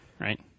right